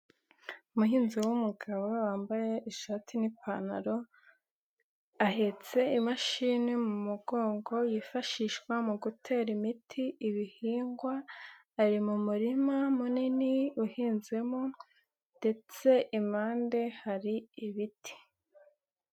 Umuhinzi w'umugabo wambaye ishati n'ipantaro, ahetse imashini mu mugongo yifashishwa mu gutera imiti ibihingwa, ari mu murima munini uhinzemo ndetse impande hari ibiti.